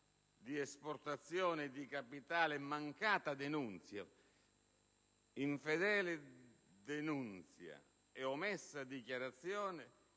di esportazione di capitale, mancata denunzia, infedele denunzia e omessa dichiarazione.